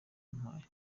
yampaye